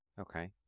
Okay